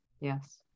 yes